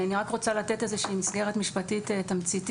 אני רק רוצה לתת איזו שהיא מסגרת משפטית תמציתית,